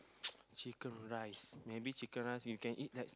chicken-rice maybe chicken-rice you can eat that